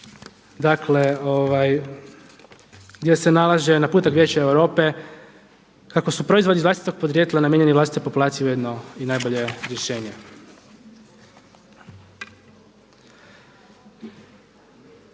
dakle gdje se nalaže naputak Vijeća Europe kako su proizvodi iz vlastitog podrijetla namijenjeni vlastitoj populaciji, ujedno i najbolje rješenje.